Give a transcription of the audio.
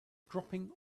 dropping